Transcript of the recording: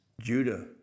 Judah